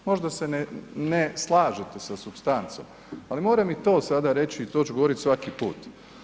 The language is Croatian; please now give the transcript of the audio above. Možda se ne slažete sa supstancom, ali moram i to sada reći i to ću govoriti svaki put.